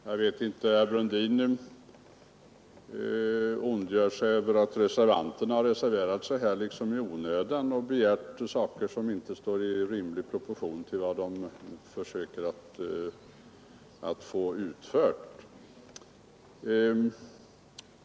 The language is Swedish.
Herr talman! Herr Brundin ondgör sig över att reservanterna liksom skulle ha reserverat sig i onödan och begärt åtgärder som inte står i rimlig proportion till vad man försöker få utfört.